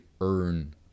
earn